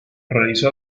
realizó